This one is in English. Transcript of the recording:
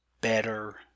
better